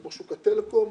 שוק הטלקום,